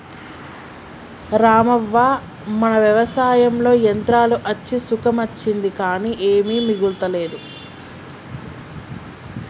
రామవ్వ మన వ్యవసాయంలో యంత్రాలు అచ్చి సుఖం అచ్చింది కానీ ఏమీ మిగులతలేదు